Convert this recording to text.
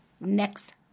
next